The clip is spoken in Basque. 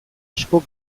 asko